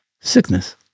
Sickness